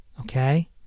okay